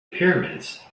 pyramids